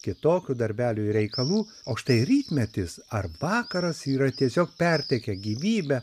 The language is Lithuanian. kitokių darbelių ir reikalų o štai rytmetis ar vakaras yra tiesiog pertekę gyvybe